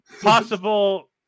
possible